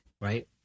right